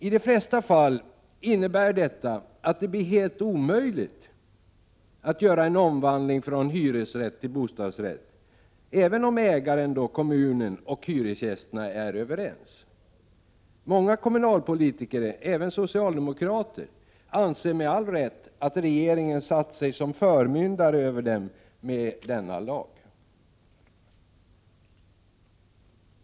I de flesta fall innebär detta att det blir helt omöjligt att göra en omvandling från hyrestill bostadsrätt, även om ägaren kommunen och hyresgästerna är överens. Många kommunalpolitiker — även socialdemokrater — anser med all rätt att regeringen genom denna lag satt sig som förmyndare över dem.